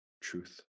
truth